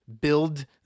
build